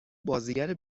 بازیگر